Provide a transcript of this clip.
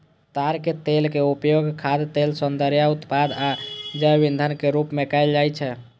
ताड़क तेल के उपयोग खाद्य तेल, सौंदर्य उत्पाद आ जैव ईंधन के रूप मे कैल जाइ छै